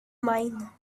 mine